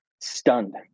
stunned